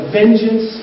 vengeance